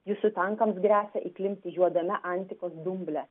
jūsų tankams gresia įklimpti juodame antikos dumble